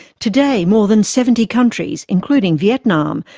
today, more than seventy countries, including vietnam,